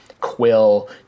Quill